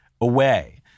away